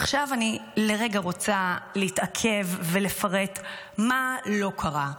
עכשיו, אני רוצה לרגע להתעכב ולפרט מה לא קרה,